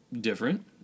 different